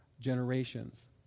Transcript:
generations